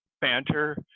banter